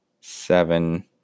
seven